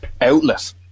outlet